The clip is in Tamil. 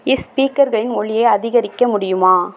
ஸ்பீக்கர்களின் ஒலியை அதிகரிக்க முடியுமா